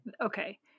okay